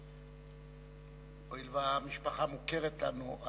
הואיל והמשפחה מוכרת לנו,